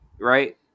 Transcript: right